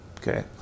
Okay